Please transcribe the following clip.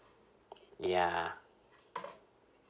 ya